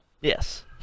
Yes